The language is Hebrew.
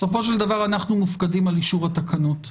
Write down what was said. בסופו של דבר אנחנו מופקדים על אישור התקנות.